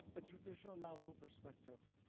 a traditional navajo perspective.